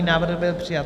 Návrh byl přijat.